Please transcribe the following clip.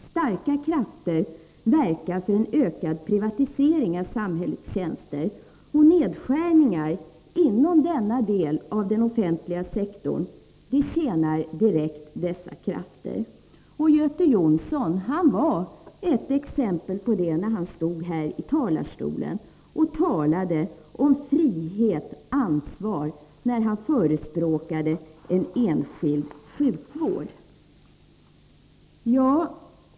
Starka krafter verkar för en ökad privatisering av samhällets tjänster, och nedskärningar inom denna del av den offentliga sektorn tjänar direkt dessa krafter. Göte Jonsson var ett exempel på det, när han stod här i talarstolen och talade om frihet och ansvar, när han förespråkade en enskild sjukvård.